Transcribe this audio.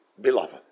beloved